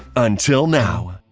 until now.